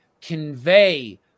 convey